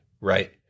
right